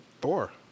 Thor